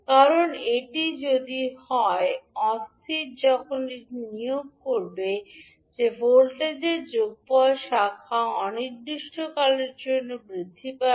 কারণ এটি যদি হয় অস্থির তখন এটি নিয়োগ করবে যে ভোল্টেজের যোগফল শাখা অনির্দিষ্টকালের জন্য বৃদ্ধি পাবে